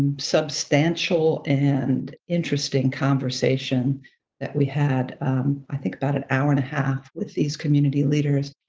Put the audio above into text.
substantial and interesting conversation that we had i think about an hour and a half with these community leaders,